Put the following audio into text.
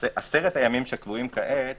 עשרת הימים שקבועים כעת